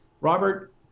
Robert